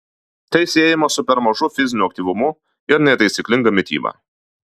tai siejama su per mažu fiziniu aktyvumu ir netaisyklinga mityba